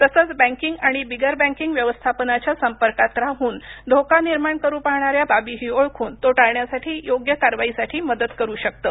तसंच बँकिंग आणि बिगर बँकिंग व्यवस्थापनाच्या संपर्कात राहून धोका निर्माण करू पाहणाऱ्या बाबीही ओळखून तो टाळण्यासाठी योग्य कारवाईसाठी मदत करू शकतं